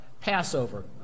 Passover